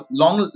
long